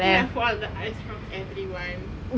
I scared I fall on the ice in front of everyone